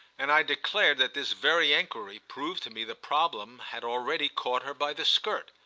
and i declared that this very enquiry proved to me the problem had already caught her by the skirt.